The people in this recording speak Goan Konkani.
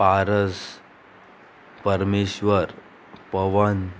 पारस परमेश्वर पवन